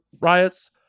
riots